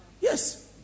Yes